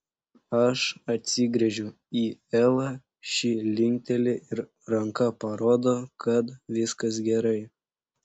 aš atsigręžiu į elą ši linkteli ir ranka parodo kad viskas gerai